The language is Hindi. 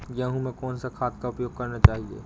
गेहूँ में कौन सा खाद का उपयोग करना चाहिए?